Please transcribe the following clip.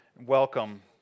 Welcome